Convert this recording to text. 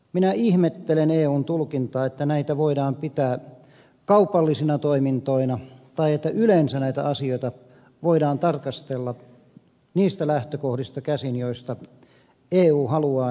minä ihmettelen eun tulkintaa että näitä voidaan pitää kaupallisina toimintoina tai että yleensä näitä asioita voidaan tarkastella niistä lähtökohdista käsin joista eu haluaa nämä nähdä